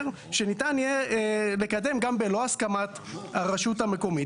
שניתן יהיה לקדם גם בלא הסכמת הרשות המקומית.